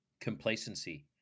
complacency